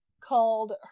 called